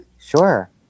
sure